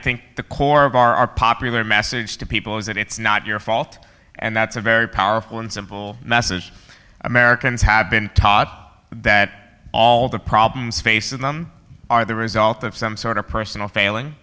think the core of our our popular message to people is that it's not your fault and that's a very powerful and simple message americans have been taught that all the problems facing them are the result of some sort of personal failing